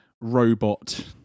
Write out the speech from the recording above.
robot